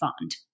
fund